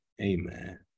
amen